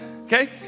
okay